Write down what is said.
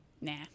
Nah